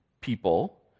people